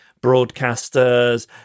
broadcasters